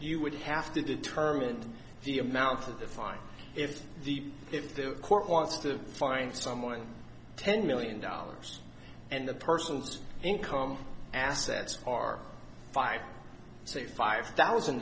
you would have to determine the amount of the fine if the if the court wants to find someone ten million dollars and the person's income assets are five say five thousand